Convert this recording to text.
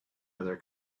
other